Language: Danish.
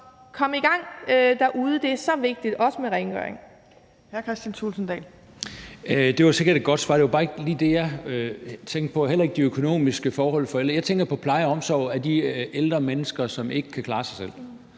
kom i gang derude! Det er så vigtigt, også med rengøring.